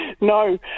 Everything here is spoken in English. no